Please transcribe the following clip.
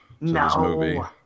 no